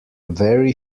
very